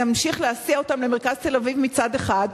נמשיך להסיע אותם למרכז תל-אביב מצד אחד,